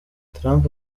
trump